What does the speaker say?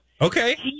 Okay